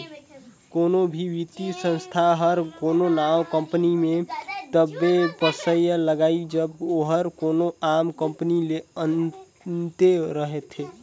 कोनो भी बित्तीय संस्था हर कोनो नावा कंपनी में तबे पइसा लगाथे जब ओहर कोनो आम कंपनी ले अन्ते रहें